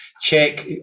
check